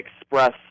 express